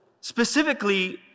specifically